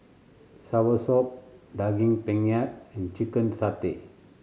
soursop Daging Penyet and chicken satay